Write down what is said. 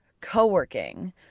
co-working